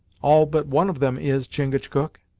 all but one of them is, chingachgook.